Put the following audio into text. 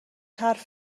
حرف